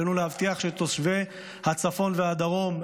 עלינו להבטיח שתושבי הצפון והדרום,